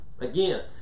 again